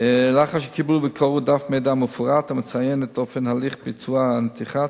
לאחר שקיבלו וקראו דף מידע מפורט המציין את אופן הליך ביצוע הנתיחה,